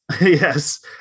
Yes